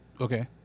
Okay